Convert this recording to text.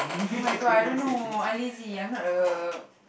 oh-my-god I don't know I lazy I'm not a